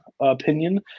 opinion